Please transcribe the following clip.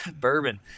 bourbon